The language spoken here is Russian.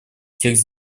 текст